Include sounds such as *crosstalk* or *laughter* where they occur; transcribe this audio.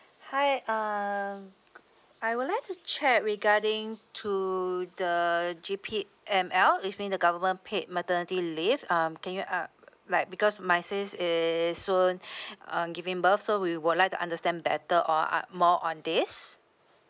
hi um I would like to check regarding to the G_P_M_L which means the government paid maternity leave um can you uh like because my sis is soon *breath* um giving birth so we would like to understand better on uh more on this